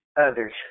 others